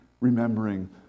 remembering